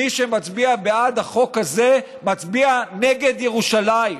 מי שמצביע בעד החוק הזה מצביע נגד ירושלים.